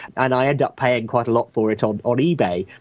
and i end up paying quite a lot for it on on ebay,